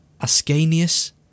Ascanius